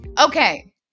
Okay